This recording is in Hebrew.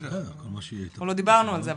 אנחנו לא דיברנו על זה,